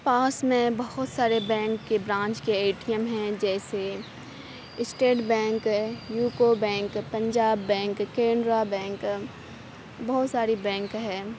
پاس میں بہت سارے بینک کے برانچ کے اے ٹی ایم ہیں جیسے اسٹیٹ بینک ہے یوکو بینک ہے پنجاب بینک ہے کینرا بینک ہے بہت ساری بینک ہے